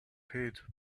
paid